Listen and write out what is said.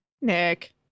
Nick